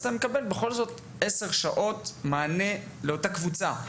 אתה בכל זאת מקבל עשר שעות מענה לאותה הקבוצה,